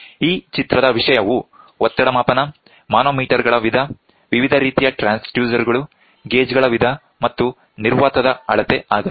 ಈ ಚಿತ್ರದ ವಿಷಯವು ಒತ್ತಡ ಮಾಪನ ಮಾನೋಮೀಟರ್ ಗಳ ವಿಧ ವಿವಿಧ ರೀತಿಯ ಟ್ರಾನ್ಸ್ಡ್ಯೂಸರ್ ಗಳು ಗೇಜ್ ಗಳ ವಿಧ ಮತ್ತು ನಿರ್ವಾತದ ಅಳತೆ ಆಗಲಿದೆ